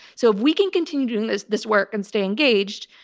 so if we can continue doing this this work and stay engaged,